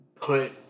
put